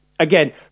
Again